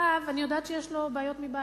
אני יודעת שיש לו בעיות מבית.